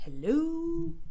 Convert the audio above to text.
Hello